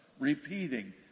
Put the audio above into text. repeating